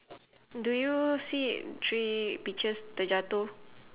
do you see three peaches terjatuh